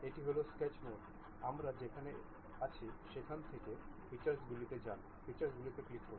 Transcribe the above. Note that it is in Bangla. এটি হল স্কেচ মোড আমরা যেখানে আছি সেখান থেকে ফিচারগুলিতে যান ফিচারগুলিতে ক্লিক করুন